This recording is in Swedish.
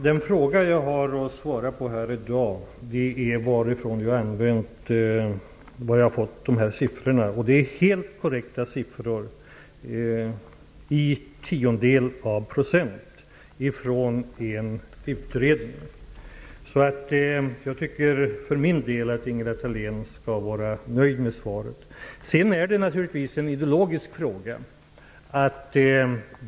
Fru talman! Den fråga som jag här i dag har att svara på är varifrån jag har fått mina siffror. Det är helt korrekta siffror så när som på en tiondels procent, som jag har fått från en utredning. För min del tycker jag att Ingela Thalén skall vara nöjd med svaret. Sedan är det naturligtvis en ideologisk fråga.